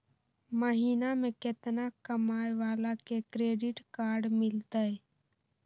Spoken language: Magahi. महीना में केतना कमाय वाला के क्रेडिट कार्ड मिलतै?